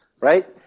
right